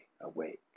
awake